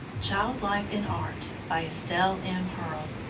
child-life in art by estelle m. hurll,